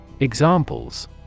Examples